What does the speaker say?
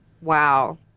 Wow